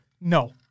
No